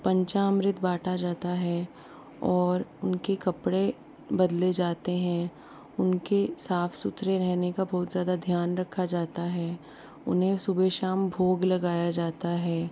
पंचामृत बाँटा जाता है और उनके कपड़े बदले जाते हैं उनके साफ सुथरे रहने का बहुत ज़्यादा ध्यान रखा जाता है उन्हें सुबह शाम भोग लगाया जाता है